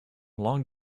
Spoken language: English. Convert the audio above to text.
long